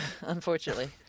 unfortunately